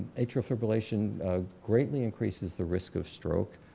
atrial fibrillation greatly increases the risk of stroke.